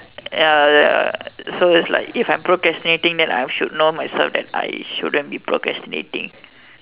ya ya so it's like if I'm procrastinating then I should know myself that I shouldn't be procrastinating